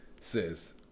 Says